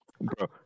bro